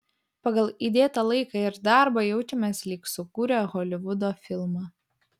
pagal įdėtą laiką ir darbą jaučiamės lyg sukūrę holivudo filmą